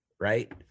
right